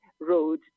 road